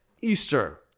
Easter